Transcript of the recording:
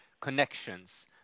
connections